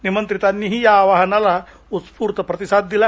निमंत्रितांनीही या आवाहनाला उत्स्फूर्त प्रतिसाद दिला